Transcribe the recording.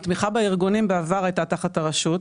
בעבר התמיכה בארגונים הייתה תחת הרשות,